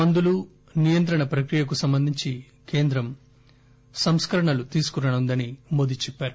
మందులు నియంత్రణ ప్రక్రియకు సంబంధించి కేంద్రం సంస్కరణలు తీసుకురానుందని చెప్పారు